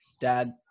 dad